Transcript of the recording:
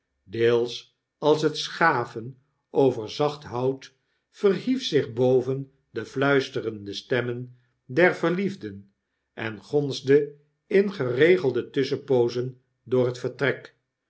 deels als het schaven over zacht hout verhief zich boven de fluisterende stemmen der verliefden en gonsde in geregelde tusschenpoozen door het vertrek